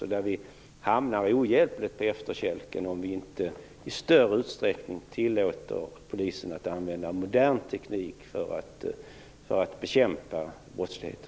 Ohjälpligt hamnar vi på efterkälken om vi inte i större utsträckning tillåter polisen att använda modern teknik för att bekämpa brottsligheten.